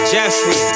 Jeffrey